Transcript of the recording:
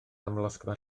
amlosgfa